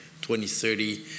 2030